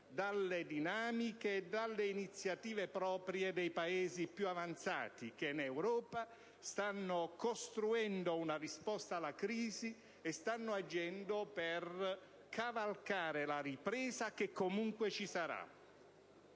dalle dinamiche e delle iniziative proprie dei Paesi più avanzati, che in Europa stanno costruendo una risposta alla crisi e stanno agendo per cavalcare la ripresa che comunque ci sarà.